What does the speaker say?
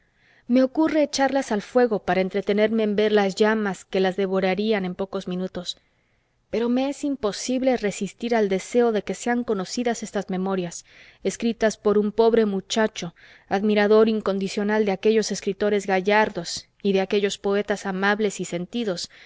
me ocurre echarlas al fuego para entretenerme en ver las llamas que las devorarían en pocos minutos pero me es imposible resistir al deseo de que sean conocidas estas memorias escritas por un pobre muchacho admirador incondicional de aquellos escritores gallardos y de aquellos poetas amables y sentidos